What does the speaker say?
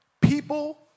People